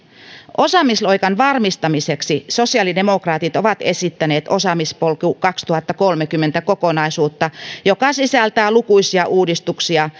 osaamisloikan varmistamiseksi sosiaalidemokraatit ovat esittäneet osaamispolku kaksituhattakolmekymmentä kokonaisuutta joka sisältää lukuisia uudistuksia